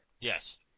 Yes